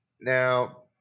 Now